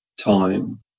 time